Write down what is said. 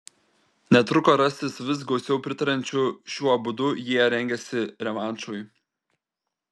netruko rastis vis gausiau pritariančių šiuo būdu jie rengėsi revanšui